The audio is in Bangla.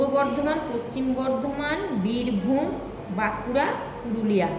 পূর্ব বর্ধমান পশ্চিম বর্ধমান বীরভূম বাঁকুড়া পুরুলিয়া